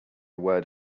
word